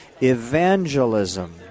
Evangelism